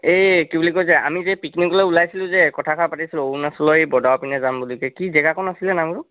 এই কি বুলি কয় যে আমি যে পিকনিকলৈ ওলাইছিলোঁ কথাষাৰ পাতিছিলোঁ অৰুণাচল বজাৰ পিনে যাম বুলি যে কি জেগাকণ আছিল নামটো